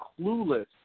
clueless